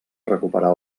recuperar